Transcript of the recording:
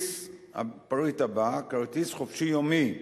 הפריט הבא, כרטיס "חופשי יומי"